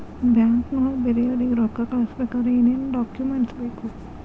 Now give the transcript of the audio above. ಬ್ಯಾಂಕ್ನೊಳಗ ಬೇರೆಯವರಿಗೆ ರೊಕ್ಕ ಕಳಿಸಬೇಕಾದರೆ ಏನೇನ್ ಡಾಕುಮೆಂಟ್ಸ್ ಬೇಕು?